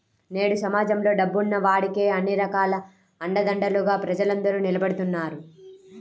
నేడు సమాజంలో డబ్బున్న వాడికే అన్ని రకాల అండదండలుగా ప్రజలందరూ నిలబడుతున్నారు